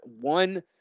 one